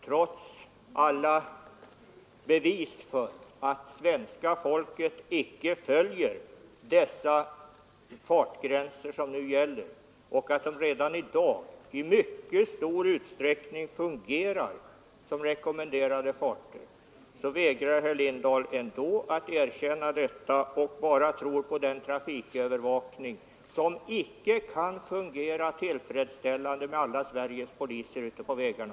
Trots alla bevis för att svenska folket icke följer de fartgränser som nu gäller och att fartgränserna redan i dag i mycket stor utsträckning fungerar som rekommenderade farter, så vägrar herr Lindahl att erkänna faktum och tror bara på den trafikövervakning som icke kan fungera som herr Lindahl vill ens med alla Sveriges poliser ute på vägarna.